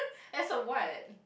as a what